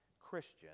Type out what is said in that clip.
Christian